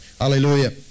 Hallelujah